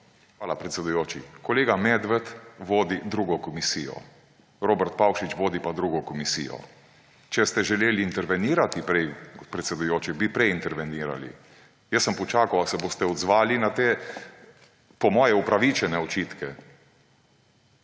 Hvala, predsedujoči. Kolega Medved vodi drugo komisijo, Robert Pavšič vodi pa drugo komisijo. Če ste želeli intervenirati prej kot predsedujoči, bi prej intervenirali. Jaz sem počakal, ali se boste odzvali na te, po moje, upravičene očitke,